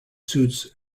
suits